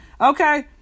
Okay